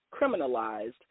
criminalized